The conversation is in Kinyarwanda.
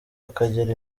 akagera